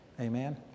Amen